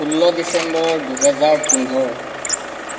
ষোল্ল ডিচেম্বৰ দুহেজাৰ পোন্ধৰ